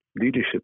Leadership